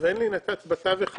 ואין לי נת"צ בתווך העירוני,